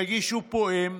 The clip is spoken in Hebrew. רגיש ופועם,